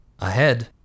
Ahead